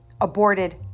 aborted